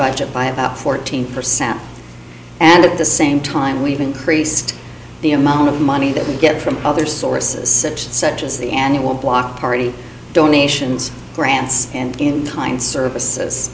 budget by about fourteen percent and at the same time we've increased the amount of money that we get from other sources such as the annual block party donations grants and time and services